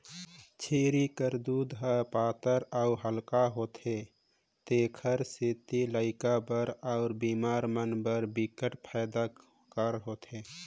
छेरी कर दूद ह पातर अउ हल्का होथे तेखर सेती लइका बर अउ बेमार मन बर बिकट फायदा कर होथे